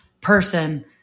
person